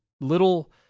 little